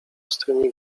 ostrymi